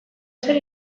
zer